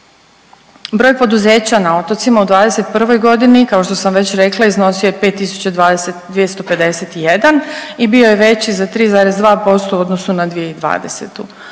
Broj poduzeća na otocima u '21. godini kao što sam već rekla iznosio je 5.251 i bio je veći za 3,2% u odnosu na 2020.